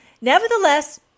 Nevertheless